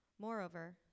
Moreover